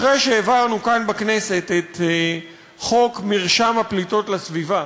אחרי שהעברנו כאן בכנסת את חוק מרשם הפליטות לסביבה,